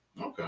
Okay